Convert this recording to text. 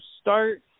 start